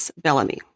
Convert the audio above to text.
Bellamy